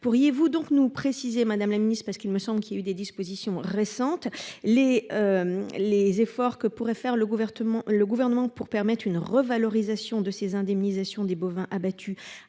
Pourriez-vous donc nous préciser Madame la Ministre parce qu'il me semble qu'il y a eu des dispositions récentes les. Les efforts que pourrait faire le gouvernement, le gouvernement pour permettre une revalorisation de ces indemnisations des bovins abattus